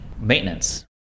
Maintenance